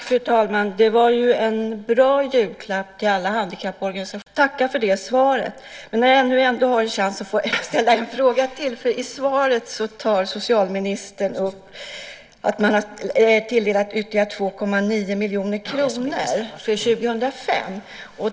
Fru talman! Det var en bra julklapp till alla handikapporganisationer, för då kan de känna lite ro under julen över att man förmodligen kommer att försöka få en helhetsbild av vad det här innebär. Jag tackar för det svaret. När jag ändå har chansen vill jag ställa en fråga till. I svaret tar socialministern upp att man har tilldelat ytterligare 2,9 miljoner kronor för 2005.